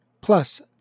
Plus